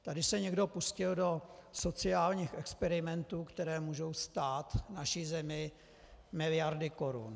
Tady se někdo pustil do sociálních experimentů, které můžou stát naši zemi miliardy korun.